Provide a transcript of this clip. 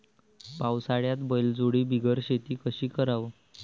पावसाळ्यात बैलजोडी बिगर शेती कशी कराव?